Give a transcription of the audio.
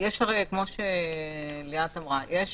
כמו שליאת אמרה, יש